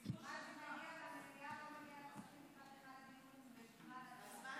הצעות לסדר-היום בכספים נדחות להמון זמן.